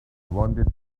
wanted